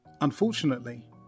Unfortunately